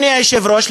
אדוני היושב-ראש,